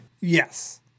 Yes